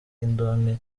indonke